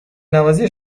نوازی